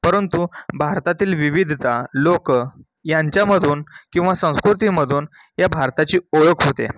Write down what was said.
परंतु भारतातील विविधता लोकं यांच्यामधून किंवा संस्कृतीमधून या भारताची ओळख होते